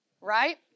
right